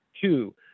Two